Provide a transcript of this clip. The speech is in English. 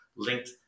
Linked